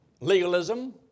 legalism